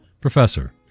Professor